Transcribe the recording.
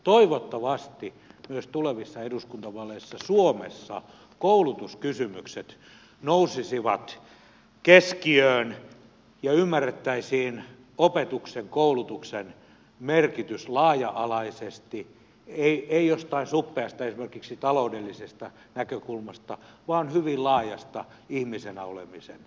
toivottavasti myös tulevissa eduskuntavaaleissa suomessa koulutuskysymykset nousisivat keskiöön ja ymmärrettäisiin opetuksen koulutuksen merkitys laaja alaisesti ei jostain suppeasta esimerkiksi taloudellisesta näkökulmasta vaan hyvin laajasta ihmisenä olemisen näkökulmasta